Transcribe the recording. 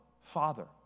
Father